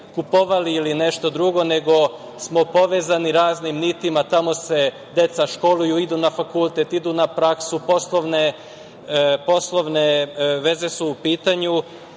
kupovali ili nešto drugo, nego smo povezani raznim nitima. Tamo se deca školuju, idu na fakultet, idu na praksu. Poslovne veze su u pitanju,